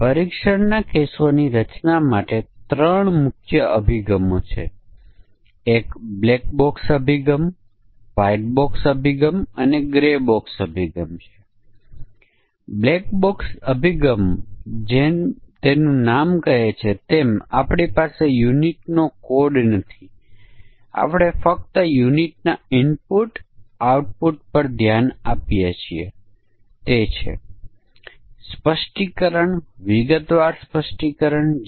ઑપરેશનના દૃશ્યો એવા હોય શકે કે અહીપુસ્તકો છે જેમાં પુસ્તકો છે જે બહાર જારી કરી શકતા નથી જેમ કે સંદર્ભ પુસ્તકો અને બીજા જે બહાર જારી કરી શકાય છે અને તે પુસ્તકો કે જે બહાર જારી કરી શકાય છે એક વોલ્યુમ અથવા બહુવિધ વોલ્યુમ માં હોય શકે છે અને આ આપણાં સમકક્ષ વર્ગનો સેટ બનાવે છે